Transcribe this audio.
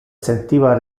sentiva